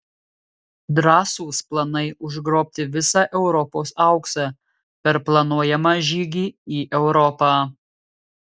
drąsūs planai užgrobti visą europos auksą per planuojamą žygį į europą